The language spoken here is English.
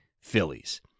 Phillies